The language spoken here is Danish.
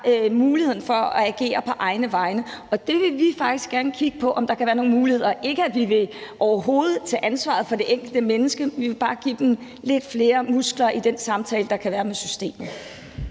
muligheden for at agere på egne vegne. Vi vil faktisk gerne kigge på, om der kan være nogen muligheder – ikke at vi overhovedet vil tage ansvaret fra det enkelte menneske. Vi vil bare give dem lidt flere muskler i den samtale, der kan være med systemet.